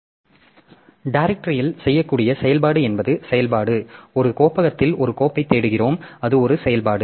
எனவே டைரக்ட்ரி இல் செய்யக்கூடிய செயல்பாடு என்பது செயல்பாடு ஒரு கோப்பகத்தில் ஒரு கோப்பைத் தேடுகிறோம் அது ஒரு செயல்பாடு